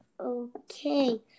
Okay